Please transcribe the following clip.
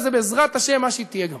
וזה בעזרת השם מה שהיא תהיה גם.